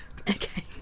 Okay